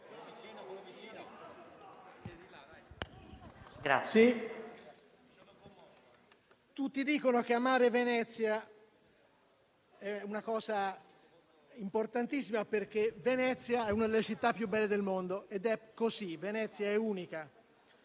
Presidente, tutti dicono che amare Venezia è una cosa importantissima, perché è una delle città più belle del mondo ed è così: è unica.